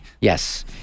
Yes